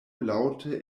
laŭte